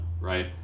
right